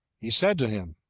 he said to him,